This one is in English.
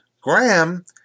Graham